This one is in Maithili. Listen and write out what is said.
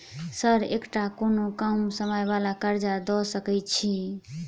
सर एकटा कोनो कम समय वला कर्जा दऽ सकै छी?